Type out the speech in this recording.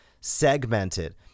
segmented